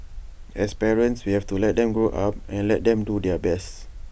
as parents we have to let them grow up and let them do their best